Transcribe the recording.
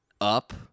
up